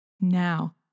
Now